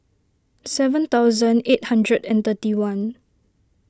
seven thousand eight hundred and thirty one